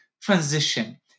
transition